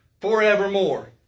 forevermore